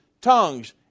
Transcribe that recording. tongues